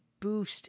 boost